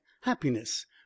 happiness